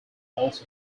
also